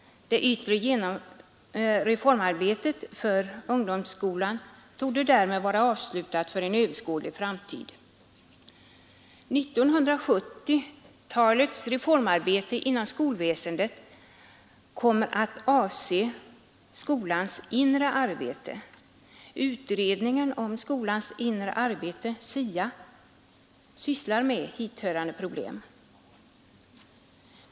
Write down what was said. Det yttre reformarbetet för ungdomsskolan torde därmed vara avslutat för en överskådlig framtid. 1970-talets reformarbete inom skolväsendet kommer att avse skolans inre arbete. Utredningen om skolans inre arbete, SIA, sysslar med hithörande problem.